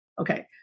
Okay